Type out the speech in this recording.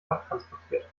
abtransportiert